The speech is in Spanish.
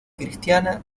cristiana